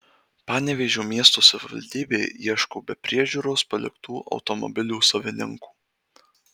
panevėžio miesto savivaldybė ieško be priežiūros paliktų automobilių savininkų